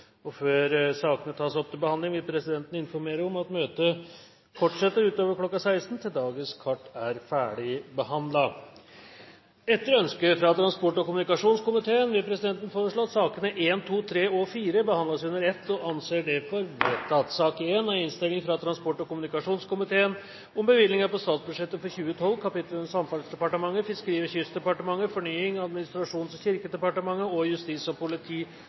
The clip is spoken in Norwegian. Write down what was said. måte. Før sakene på dagens kart tas opp til behandling, vil presidenten informere om at møtet fortsetter utover kl. 16 til dagens kart er ferdigbehandlet. Etter ønske fra transport- og kommunikasjonskomiteen vil presidenten foreslå at sakene nr. 1–4 behandles under ett. – Det anses vedtatt. Etter ønske fra transport- og kommunikasjonskomiteen vil presidenten foreslå at debatten blir begrenset til 2 timer og 15 minutter, og at taletiden blir fordelt slik på